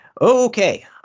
okay